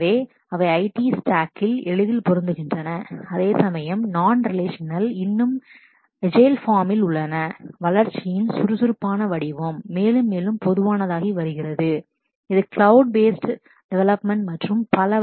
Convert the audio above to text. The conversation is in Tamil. எனவே அவை IT ஸ்டேக்கில் Stack எளிதில் பொருந்துகின்றன அதேசமயம் நான் ரிலேஷனல் இன்னும் ஏசைல் பார்மில் agile form உள்ளன வளர்ச்சியின் சுறுசுறுப்பான வடிவம் மேலும் மேலும் பொதுவானதாகி வருகிறது அது கிளவுட் cloud based அடிப்படையிலான டெவெலப்மென்ட் மற்றும் பல